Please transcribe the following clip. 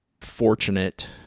fortunate